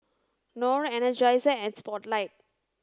Knorr Energizer and Spotlight